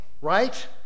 right